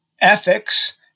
ethics